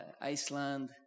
Iceland